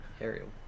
Ariel